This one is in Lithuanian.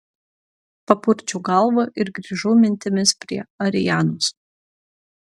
papurčiau galvą ir grįžau mintimis prie arianos